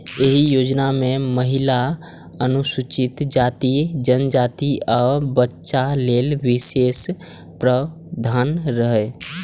एहि योजना मे महिला, अनुसूचित जाति, जनजाति, आ बच्चा लेल विशेष प्रावधान रहै